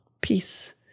Peace